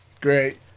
Great